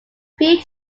three